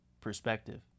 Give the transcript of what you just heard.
perspective